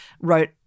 wrote